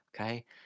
Okay